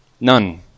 None